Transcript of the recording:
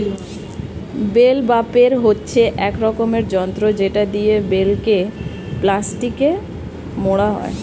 bell বাপের হচ্ছে এক রকমের যন্ত্র যেটা দিয়ে বেলকে প্লাস্টিকে মোড়া হয়